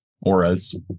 auras